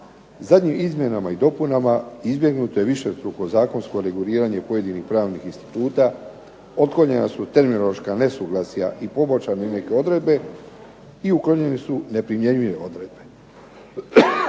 Zadnjim izmjenama i dopunama izbjegnuto je višestruko zakonsko reguliranje pojedinih pravnih instituta, otklonjena su terminološka nesuglasja i poboljšane neke odredbe i uklonjene su neprimjenjive odredbe.